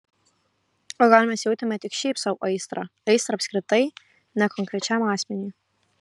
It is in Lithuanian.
o gal mes jautėme tik šiaip sau aistrą aistrą apskritai ne konkrečiam asmeniui